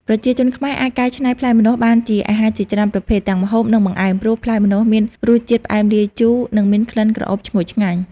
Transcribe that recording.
ប្រជាជនខ្មែរអាចកែច្នៃផ្លែម្នាស់បានជាអាហារជាច្រើនប្រភេទ ទាំងម្ហូប និងបង្អែម ព្រោះផ្លែម្នាស់មានរសជាតិផ្អែមលាយជូរ និងមានក្លិនក្រអូបឈ្ងុយឆ្ងាញ់។